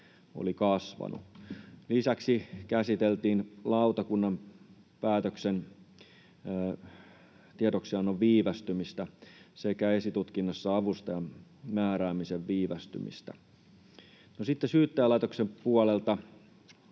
oli kasvanut. Lisäksi käsiteltiin lautakunnan päätöksen tiedoksiannon viivästymistä sekä esitutkinnassa avustajan määräämisen viivästymistä. No, sitten Syyttäjälaitoksen puolelta: